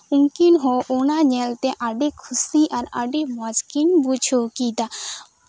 ᱩᱱᱠᱤᱱ ᱦᱚᱸ ᱚᱱᱟ ᱧᱮᱞᱛᱮ ᱟᱹᱰᱤ ᱠᱷᱩᱥᱤ ᱟᱨ ᱟᱹᱰᱤ ᱢᱚᱸᱪᱽ ᱠᱤᱱ ᱵᱩᱡᱷᱟᱹᱣ ᱠᱮᱫᱟ